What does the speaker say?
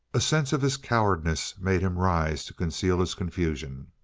a sense of his cowardice made him rise to conceal his confusion.